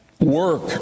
work